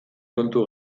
kontu